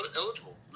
eligible